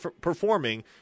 performing